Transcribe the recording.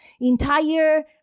entire